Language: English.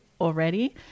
already